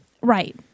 Right